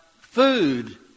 food